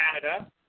Canada